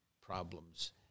problems